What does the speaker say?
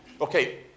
Okay